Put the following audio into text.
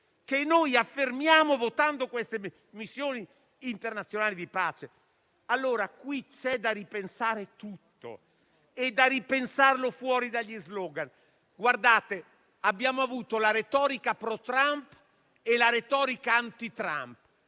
che affermiamo votando queste missioni internazionali di pace. Qui allora c'è da ripensare tutto e da ripensarlo fuori dagli *slogan*. Abbiamo avuto la retorica pro-Trump e quella anti-Trump;